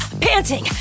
panting